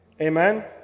Amen